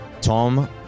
Tom